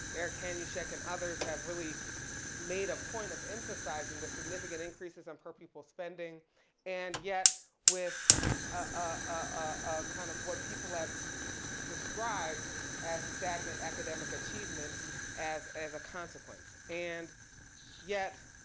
eric hanushek and others have really made a point of emphasizing the significant increases in per people spending and yet with ah kind of what people have described as stagnant academic achievement as a consequence. and yet,